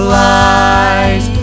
lies